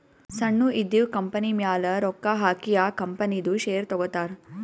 ಸಣ್ಣು ಇದ್ದಿವ್ ಕಂಪನಿಮ್ಯಾಲ ರೊಕ್ಕಾ ಹಾಕಿ ಆ ಕಂಪನಿದು ಶೇರ್ ತಗೋತಾರ್